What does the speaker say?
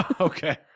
Okay